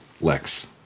Lex